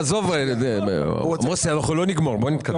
מוסי, בוא נתקדם.